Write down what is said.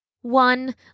One